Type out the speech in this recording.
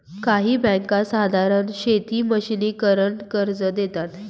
काही बँका साधारण शेती मशिनीकरन कर्ज देतात